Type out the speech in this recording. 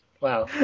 Wow